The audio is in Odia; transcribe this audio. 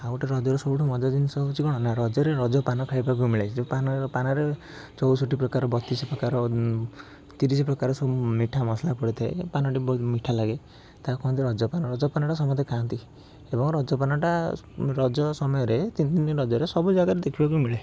ଆଉ ଗୋଟେ ରଜରେ ସବୁଠୁ ମଜା ଜିନିଷ ହେଉଛି କ'ଣ ନା ରଜରେ ରଜପାନ ଖାଇବାକୁ ମିଳେ ଯେଉଁ ପାନରେ ପାନରେ ଚଉଷଠି ପ୍ରକାର ବତିଶ ପ୍ରକାର ତିରିଶ ପ୍ରକାର ସବୁ ମିଠା ମସଲା ପଡ଼ିଥାଏ ପାନଟି ବହୁତ ମିଠା ଲାଗେ ତାକୁ କୁହନ୍ତି ରଜପାନ ରଜ ପାନଟା ସମସ୍ତେ ଖାଆନ୍ତି ଏବଂ ରଜପାନଟା ରଜ ସମୟରେ ତିନି ଦିନରେ ସବୁ ଜାଗାରେ ଦେଖିବାକୁ ମିଳେ